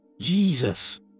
Jesus